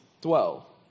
dwell